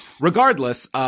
regardless –